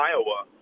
Iowa